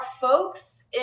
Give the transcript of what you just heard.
folks